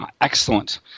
Excellent